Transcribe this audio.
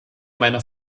meiner